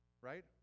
Right